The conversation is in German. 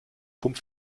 pump